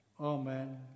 amen